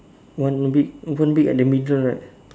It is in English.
one big one big at the middle right